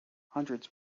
hundreds